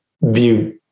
view